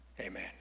Amen